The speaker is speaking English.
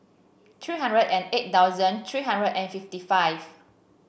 three hundred and eight thousand three hundred and fifty five